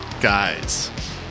guys